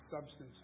substance